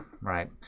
right